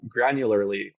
granularly